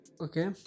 okay